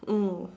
mm